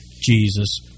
Jesus